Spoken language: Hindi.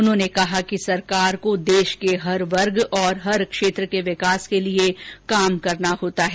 उन्होंने कहा कि सरकार को देश के हर वर्ग और हर क्षेत्र के विकास के लिए काम करना होता है